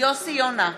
יוסי יונה,